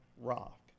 rock